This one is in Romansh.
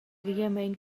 veramein